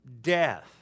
death